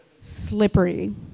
slippery